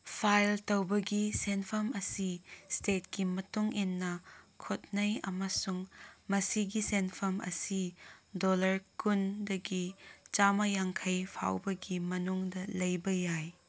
file ꯇꯧꯕꯒꯤ ꯁꯦꯟꯐꯝ ꯑꯁꯤ ꯏꯁꯇꯦꯠꯀꯤ ꯃꯇꯨꯡꯏꯟꯅ ꯈꯣꯠꯅꯩ ꯑꯃꯁꯨꯡ ꯃꯁꯤꯒꯤ ꯁꯦꯟꯐꯝ ꯑꯁꯤ ꯗꯣꯂꯔ ꯀꯨꯟꯗꯒꯤ ꯆꯥꯝꯃ ꯌꯥꯡꯈꯩ ꯐꯥꯎꯕꯒꯤ ꯃꯅꯨꯡꯗ ꯂꯩꯕ ꯌꯥꯏ